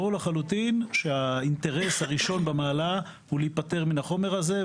ברור לחלוטין שהאינטרס הראשון במעלה הוא להיפטר מן החומר הזה,